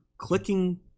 Clicking